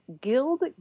guild